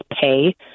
pay